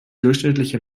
durchschnittliche